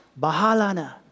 Bahalana